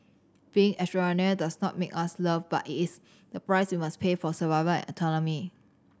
being extraordinary does not make us loved but it is the price we must pay for survival and autonomy